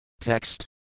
Text